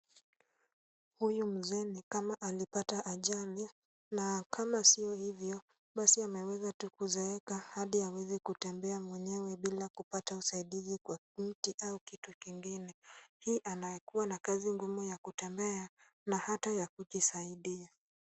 Huyu mzee ni kama alipata ajali na kama sio hivyo, basi ameweza tu kuzeeka hadi hawezi kutembea mwenyewe bila kupata usaidizi kwa kiti au kitu kikingine. Hii anakuwa na kazi ngumu ya kutembea na hata ya kujisaidia.